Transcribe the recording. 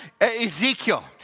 Ezekiel